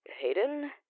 Hayden